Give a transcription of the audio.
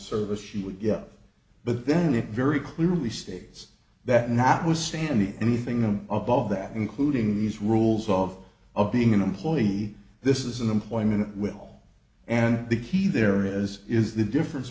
service she would get but then it very clearly states that notwithstanding anything i'm above that including these rules of of being an employee this is an employment will and the key there is is the difference